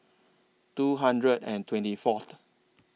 two hundred and twenty Fourth